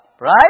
Right